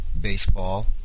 baseball